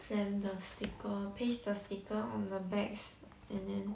stamp the sticker paste the sticker on the bags and then